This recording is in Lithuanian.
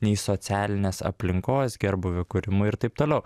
nei socialinės aplinkos gerbūvio kūrimu ir taip toliau